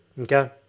okay